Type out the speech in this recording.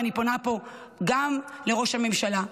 ואני פונה פה גם לראש הממשלה,